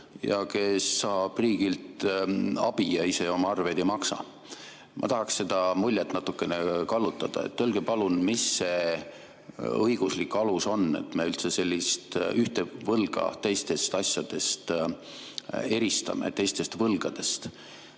ja kes saab riigilt abi ja ise oma arveid ei maksa. Ma tahaksin seda muljet natukene kallutada. Öelge palun, mis see õiguslik alus on, et me üldse sellist ühte võlga teistest võlgadest eristame. Ma tunnetuslikult